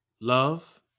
Love